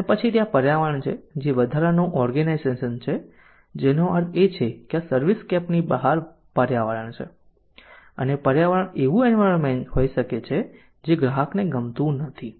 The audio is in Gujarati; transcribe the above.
અને પછી ત્યાં પર્યાવરણ છે જે વધારાનું ઓર્ગેનાઈઝેશન છે જેનો અર્થ એ છે કે આ સર્વિસસ્કેપની બહાર પર્યાવરણ છે અને પર્યાવરણ એવું એન્વાયરમેન્ટ હોઈ શકે છે જે ગ્રાહકને ગમતું નથી